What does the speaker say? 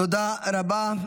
תודה רבה.